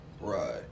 Right